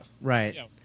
Right